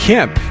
Kemp